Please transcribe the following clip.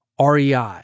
REI